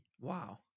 Wow